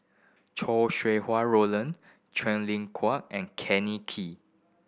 Chow Sau Hai Roland Quen Ling Kua and Kenny Kee